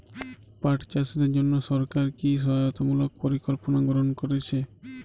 পাট চাষীদের জন্য সরকার কি কি সহায়তামূলক পরিকল্পনা গ্রহণ করেছে?